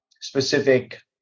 specific